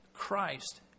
Christ